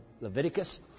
Leviticus